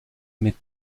mit